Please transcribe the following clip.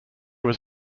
was